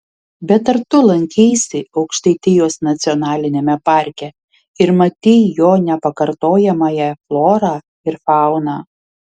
bet ar tu lankeisi aukštaitijos nacionaliniame parke ir matei jo nepakartojamąją florą ir fauną